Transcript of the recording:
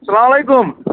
السلامُ علیکُم